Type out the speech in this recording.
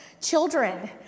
Children